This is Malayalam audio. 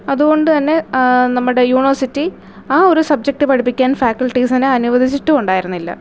അതുകൊണ്ട് തന്നെ നമ്മടെ യൂണിവേഴ്സിറ്റി ആ ഒരു സബ്ജെക്റ്റ് പഠിപ്പിക്കാൻ ഫാക്കൽറ്റീസിനെ അനുവദിച്ചിട്ടുണ്ടായിരിന്നില്ല